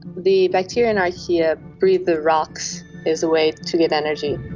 the bacteria and archaea breathe the rocks as a way to get energy.